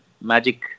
magic